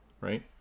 right